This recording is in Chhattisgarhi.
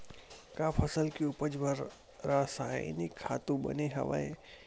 का फसल के उपज बर रासायनिक खातु बने हवय?